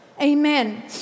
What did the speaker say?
Amen